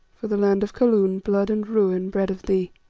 for the land of kaloon blood and ruin bred of thee!